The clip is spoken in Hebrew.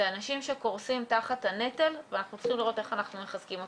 זה אנשים שקורסים תחת הנטל ואנחנו צריכים לראות איך אנחנו מחזקים אותם.